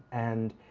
and